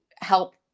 help